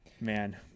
man